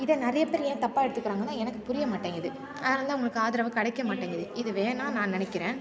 இதை நிறைய பேர் ஏன் தப்பாக எடுத்துக்கிறாங்கன்னு தான் எனக்குப் புரிய மாட்டேங்குது அதனால் தான் அவங்களுக்கு ஆதரவு கிடைக்க மாட்டேங்குது இது வேணாம்ன்னு நான் நினைக்கிறேன்